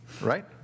right